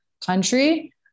country